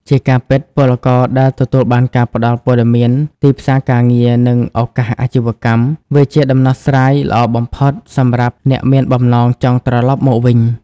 ជាការពិតពលករដែលទទួលបានការផ្តល់ព័ត៌មានទីផ្សារការងារ និងឱកាសអាជីវកម្ម វាជាដំណោះស្រាយល្អបំផុតសម្រាប់អ្នកមានបំណងចង់ត្រឡប់មកវិញ។